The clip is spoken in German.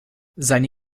seine